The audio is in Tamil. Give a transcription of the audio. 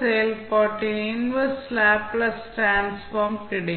செயல்பாட்டின் இன்வெர்ஸ் லேப்ளேஸ் டிரான்ஸ்ஃபார்ம் கிடைக்கும்